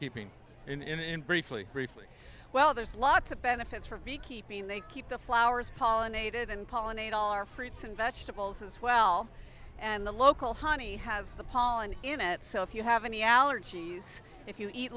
beekeeping in briefly briefly well there's lots of benefits for beekeeping they keep the flowers pollinated and pollinate all our fruits and vegetables as well and the local honey has the pollen in it so if you have any allergies if you eat